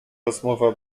rozmowa